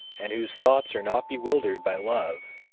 and whose thoughts are not bewildered by love,